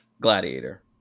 gladiator